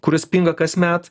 kuris pinga kasmet